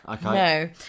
no